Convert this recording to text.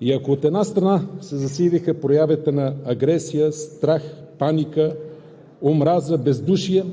И ако, от една страна, се засилиха проявите на агресия, страх, паника, омраза, бездушие,